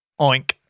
Oink